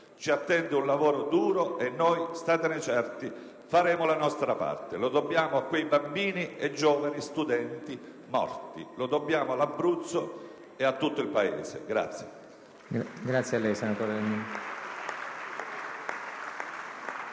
Ci attende un lavoro duro e noi - statene certi - faremo la nostra parte. Lo dobbiamo a quei bambini e giovani studenti morti; lo dobbiamo all'Abruzzo e a tutto il Paese.